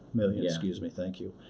million. excuse me. thank you.